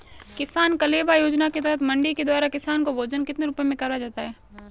किसान कलेवा योजना के तहत मंडी के द्वारा किसान को भोजन कितने रुपए में करवाया जाता है?